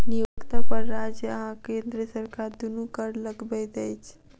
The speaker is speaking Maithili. नियोक्ता पर राज्य आ केंद्र सरकार दुनू कर लगबैत अछि